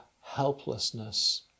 helplessness